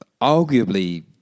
Arguably